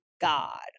God